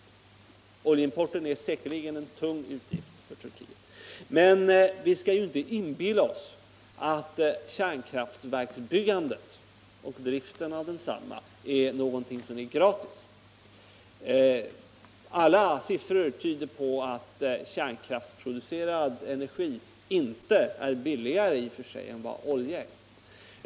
Det är säkerligen riktigt att oljeimporten är en tung utgift för Turkiet, men vi skall inte inbilla oss att byggandet av kärnkraftverk och driften av desamma är gratis. Alla siffror tyder på att kärnkraftsproducerad energi i och för sig inte är billigare än olja.